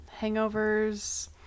Hangovers